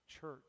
church